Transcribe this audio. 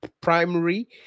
primary